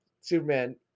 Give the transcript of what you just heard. Superman